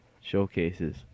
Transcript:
showcases